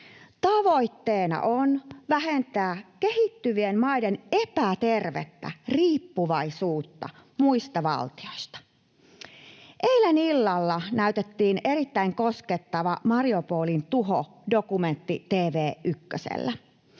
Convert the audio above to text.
Tavoitteena on vähentää kehittyvien maiden epätervettä riippuvaisuutta muista valtioista. Eilen illalla näytettiin erittäin koskeva Mariupolin tuho ‑dokumentti TV1:llä.